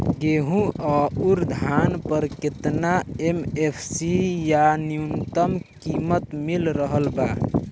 गेहूं अउर धान पर केतना एम.एफ.सी या न्यूनतम कीमत मिल रहल बा?